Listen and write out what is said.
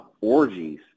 orgies